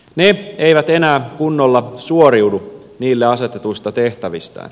ne eivät enää kunnolla suoriudu niille asetetuista tehtävistä